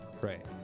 Right